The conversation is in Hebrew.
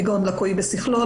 כגון לקוי בשכלו,